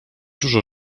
dużo